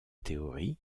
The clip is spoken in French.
théorie